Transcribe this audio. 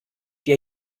der